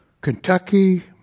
Kentucky